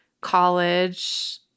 college